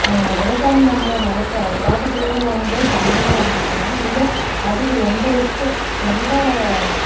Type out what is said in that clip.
நெ விவசாயம் பண்ணுற நிலத்த தோட்டத்திலேருந்து வாங்கும் போது கம்மியாக வாங்கிட்டு போகிறாங்க இங்கே அதிக எந்த ரிஸ்க்கு எந்த